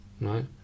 right